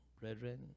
brethren